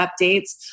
updates